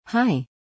Hi